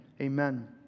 Amen